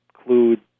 include